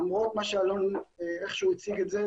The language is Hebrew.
למרות איך שאלון הציג את זה,